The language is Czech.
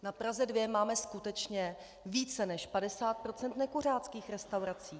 Na Praze 2 máme skutečně více než 50 % nekuřáckých restaurací.